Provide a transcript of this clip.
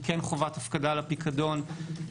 עם חובת הפקדה לפיקדון,